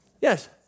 Yes